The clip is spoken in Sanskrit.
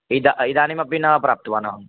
इदम् इदानीमपि न प्राप्तवानहं